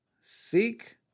Seek